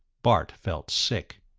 bart felt sick.